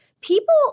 people